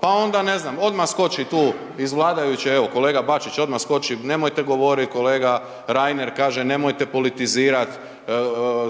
pa onda ne znam odma skoči tu iz vladajuće, evo kolega Bačić odma skoči nemojte govorit, kolega Reiner kaže nemojte politizirat,